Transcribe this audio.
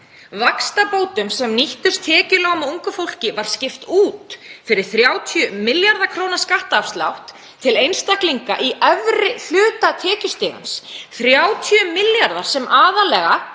Vaxtabótum sem nýttust tekjulágu fólki og ungu fólki var skipt út fyrir 30 milljarða kr. skattafslátt til einstaklinga í efri hluta tekjustigans, 30 milljarðar sem aðallega